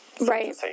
right